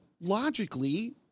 logically